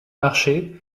marché